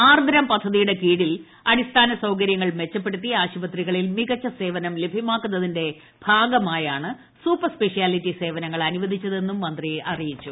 ആർദ്രം പദ്ധതിയുടെ കീഴിൽ അടിസ്ഥാന സൌകര്യങ്ങൾ മെച്ചപ്പെടുത്തി ആശുപത്രികളിൽ മികച്ച സേവനം ലഭ്യമാക്കുന്നതിന്റെ ഭാഗമായാണ് സൂപ്പർ സ്പെഷ്യാ ലിറ്റി സേവനങ്ങൾ അനുവദിച്ചതെന്നും മന്ത്രി വൃക്തമാക്കി